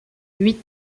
huit